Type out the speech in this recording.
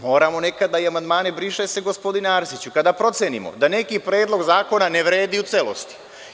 Moramo nekada i amandmane „briše se“, gospodine Arsiću, kada procenimo da neki predlog zakona ne vredi u celosti.